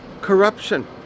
Corruption